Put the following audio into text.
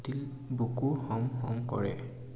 ডিল বুকু হম হম কৰে